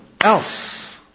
else